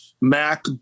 mac